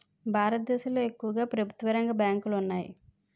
భారతదేశంలో ఎక్కువుగా ప్రభుత్వరంగ బ్యాంకులు ఉన్నాయి